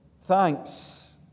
thanks